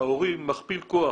ההורים מכפיל כוח,